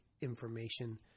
information